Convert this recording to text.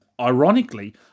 ironically